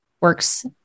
works